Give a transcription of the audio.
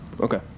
Okay